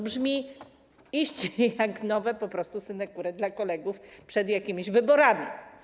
Brzmi iście jak po prostu nowe synekury dla kolegów przed jakimiś wyborami.